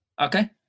Okay